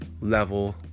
Level